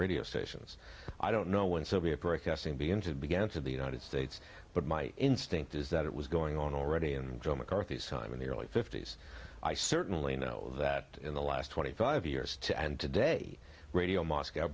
radio stations i don't know when soviet protesting begin to began to be united states but my instinct is that it was going on already and joe mccarthy simon the early fifty's i certainly know that in the last twenty five years to and today radio moscow